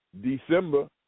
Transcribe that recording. December